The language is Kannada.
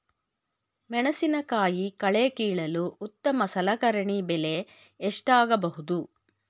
ಮೆಣಸಿನಕಾಯಿ ಕಳೆ ಕೀಳಲು ಉತ್ತಮ ಸಲಕರಣೆ ಬೆಲೆ ಎಷ್ಟಾಗಬಹುದು?